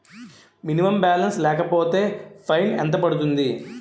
Minimum balance లేకపోతే fine ఎంత పడుతుంది?